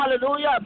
hallelujah